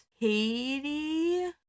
Katie